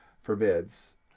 forbids